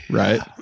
right